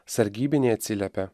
sargybiniai atsiliepia